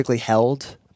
held